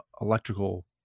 electrical